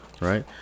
Right